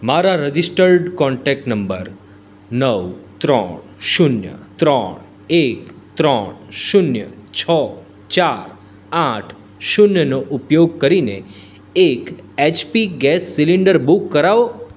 મારા registered contact number નવ ત્રણ શૂન્ય ત્રણ એક ત્રણ શૂન્ય છ ચાર આઠ શૂન્યનો ઉપયોગ કરીને એક એચપી ગેસ સીલિન્ડર બુક કરાવો